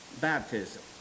baptism